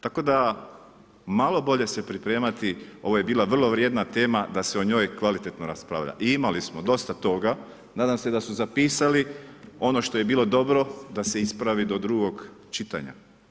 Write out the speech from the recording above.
Tako da malo bolje se pripremati, ovo je bila vrlo vrijedna tema da se o njoj kvalitetno raspravlja i imali smo dosta toga, nadam se da su zapisali ono što je bilo dobro da se ispravi do drugog čitanja.